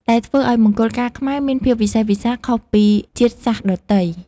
ដែលធ្វើឱ្យមង្គលការខ្មែរមានភាពវិសេសវិសាលខុសពីជាតិសាសន៍ដទៃ។